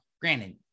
granted